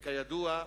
וכידוע,